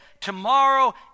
tomorrow